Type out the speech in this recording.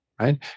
right